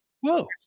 Whoa